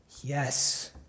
Yes